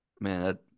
Man